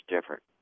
different